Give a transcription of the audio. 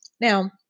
Now